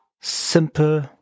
simple